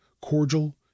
cordial